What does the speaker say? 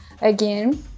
again